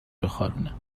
بخارونه